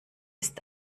ist